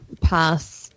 pass